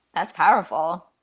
that's powerful.